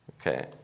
okay